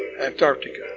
Antarctica